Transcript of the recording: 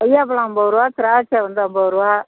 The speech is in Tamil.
கொய்யாப்பழம் ஐம்பது ரூபா திராட்சை வந்து ஐம்பது ரூபா